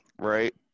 right